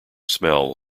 smell